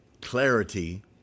clarity